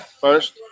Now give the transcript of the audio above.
first